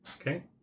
Okay